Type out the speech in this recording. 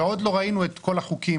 ועוד לא ראינו את כל החוקים.